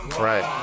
Right